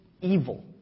evil